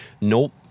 Nope